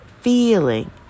feeling